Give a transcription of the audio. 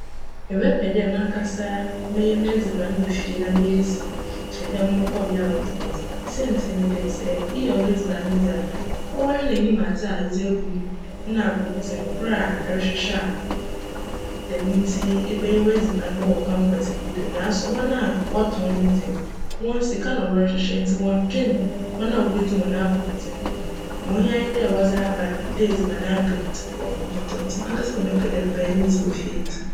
Mebjpj dj mankasa mebjyj m'edziban wc fie na meedzi kyjn dj mobckc bea wctcn edziban. Siantsir nye dj, sj eyj w'edziban dzi a, cwoara na inyim adze a edze egu mu nna apcwmudzen kor a erohwehwj a djm ntsi ebjyj w'edziban wc kwan pctsee bi do naaso hcn a wctcn no dze, hcn sika na wcrohwehwj ntsi wcnndwen hcn a wobedzi no hcn apcwmudzen, ma ohia ara nye dj wcdze aba dj edziban aben ntsi nkorcfo mbctc ntsi mankasa mebjpj dj mebjyj me dze wc fie eedzi.